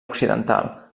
occidental